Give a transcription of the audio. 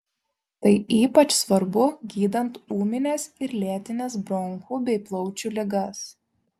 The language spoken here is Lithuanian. tai ypač svarbu gydant ūmines ir lėtines bronchų bei plaučių ligas